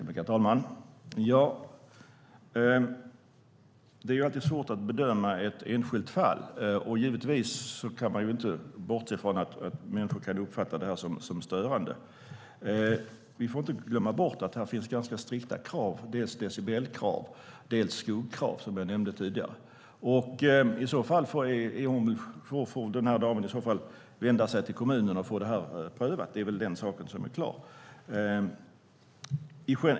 Herr talman! Det är alltid svårt att bedöma ett enskilt fall, och givetvis kan man inte bortse från att människor kan uppfatta vindkraften som störande. Vi får inte glömma bort att här finns ganska strikta krav, dels decibelkrav, dels skuggkrav, som jag nämnde tidigare. Damen som nämndes får väl vända sig till kommunen för att få ärendet prövat. Det är väl en sak som är klar.